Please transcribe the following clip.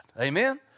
Amen